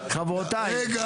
חברותיי,